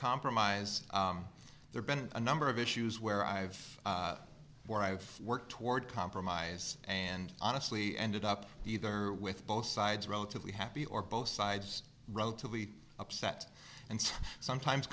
compromise there been a number of issues where i have where i've worked toward compromise and honestly ended up either with both sides relatively happy or both sides relatively upset and sometimes